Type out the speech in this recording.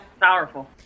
Powerful